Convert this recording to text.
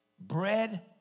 Bread